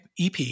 ep